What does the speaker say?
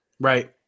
Right